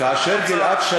תבוא לתוצאה.